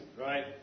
Right